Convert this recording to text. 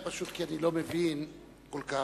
אולי פשוט כי אני לא מבין כל כך.